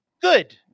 Good